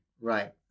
Right